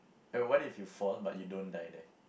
what if you fall but you don't die there